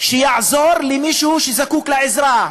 שיעזור למישהו שזקוק לעזרה.